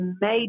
made